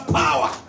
power